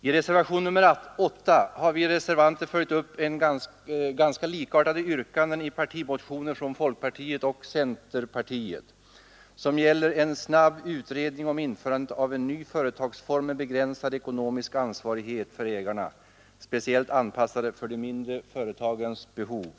I reservationen 8 har vi reservanter följt upp ganska likartade yrkanden i partimotioner från folkpartiet och centerpartiet, som gäller en snabb utredning om införande av en ny företagsform med begränsad ekonomisk ansvarighet för ägarna, speciellt avpassad för de mindre företagarnas behov.